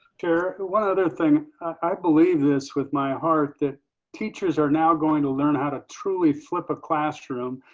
chair, one other thing. i believe this with my heart, that teachers are now going to learn how to truly flip a classroom,